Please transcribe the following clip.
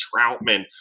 Troutman